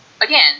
Again